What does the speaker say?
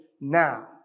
now